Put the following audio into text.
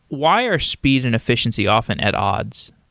why are speed and efficiency often at odds?